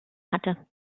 hatte